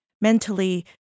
mentally